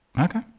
okay